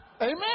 Amen